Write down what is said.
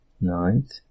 ninth